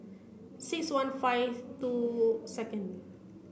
six one five two second